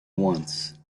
once